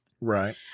right